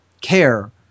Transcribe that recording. care